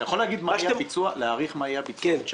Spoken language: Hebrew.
אתה יכול להעריך מה היה הביצוע ב-2019?